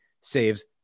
saves